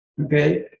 Okay